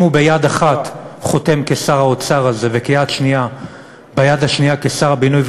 אם הוא ביד אחת חותם על זה כשר האוצר וביד השנייה כשר הבינוי,